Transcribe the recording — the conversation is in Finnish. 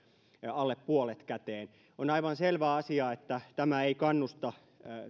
alle puolet käteen on aivan selvä asia että tämä ei kannusta